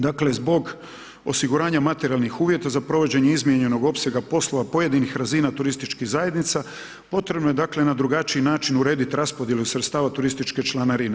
Dakle, zbog osiguranja materijalnih uvjeta za provođenje izmijenjenog opsega poslova pojedinih razina turističkih zajednica, potrebno je na drugačiji način urediti raspodjelu sredstava turističke članarine.